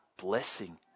blessing